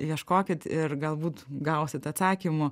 ieškokit ir galbūt gausit atsakymų